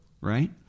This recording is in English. right